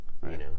right